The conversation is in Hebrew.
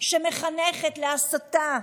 שמחנכת להסתה,